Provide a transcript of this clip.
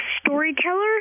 storyteller